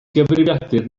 gyfrifiadur